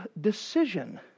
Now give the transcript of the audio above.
decision